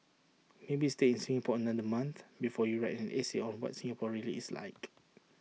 maybe stay in Singapore another month before you write an essay on what Singapore really is like